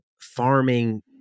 farming